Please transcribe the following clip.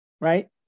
right